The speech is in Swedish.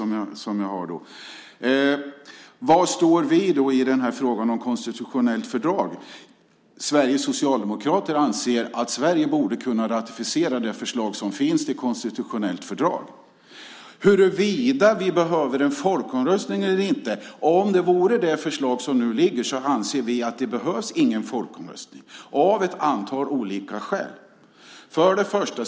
Var står vi i frågan om konstitutionellt fördrag? Sveriges socialdemokrater anser att Sverige borde kunna ratificera det förslag som finns till konstitutionellt fördrag. När det gäller om vi behöver en folkomröstning eller inte kan jag säga att om det gäller det förslag som nu ligger anser vi att det inte behövs någon folkomröstning av flera skäl.